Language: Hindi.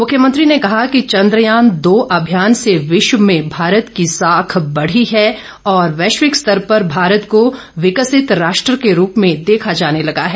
मुख्यमंत्री ने कहा कि चंद्रयान दो अभियान से विश्व में भारत की साख बढ़ी है और वैश्विक स्तर पर भारत को विकसित राष्ट्र के रूप में देखा जाने लगा है